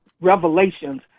revelations